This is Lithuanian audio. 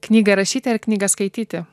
knygą rašyti knygą skaityti